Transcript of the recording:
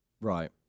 right